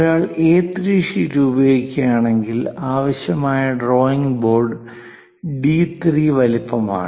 ഒരാൾ എ3 ഷീറ്റ് ഉപയോഗിക്കുകയാണെങ്കിൽ ആവശ്യമായ ഡ്രോയിംഗ് ബോർഡ് ഡി3 വലുപ്പമാണ്